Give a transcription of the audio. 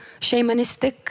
shamanistic